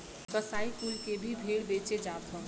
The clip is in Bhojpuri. कसाई कुल के भी भेड़ बेचे जात हौ